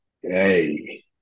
Hey